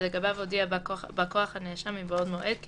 שלגביו הודיע בא כוח הנאשם מבעוד מועד כי